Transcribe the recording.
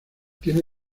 tiene